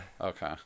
Okay